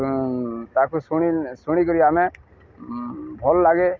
ତାକୁ ଶୁଣି ଶୁଣିକରି ଆମେ ଭଲ୍ ଲାଗେ